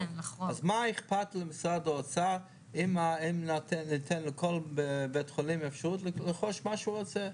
אז מה אכפת למשרד האוצר אם ניתן לכל בית חולים לרכוש מה שהוא רוצה?